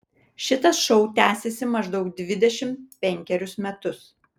šitas šou tęsiasi maždaug dvidešimt penkerius metus